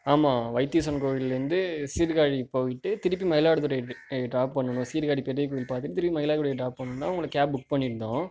ஆமா வைத்தீஸ்வரன் கோவிலேருந்து சீர்காழிக்கு போய்ட்டு திருப்பி மயிலாடுதுறை டிராப் பண்ணணும் சீர்காழி பெரிய கோயில் பார்த்துவிட்டு திருப்பி மயிலாடுதுறையில் டிராப் பண்ணணுந்தான் உங்களுக்கு கேப் புக் பண்ணிருந்தோம்